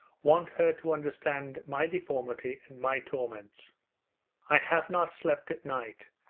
want her to understand my deformity and my torments i have not slept at night,